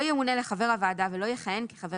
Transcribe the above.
לא ימונה לחבר הוועדה ולא יכהן כחבר